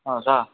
ಹೌದಾ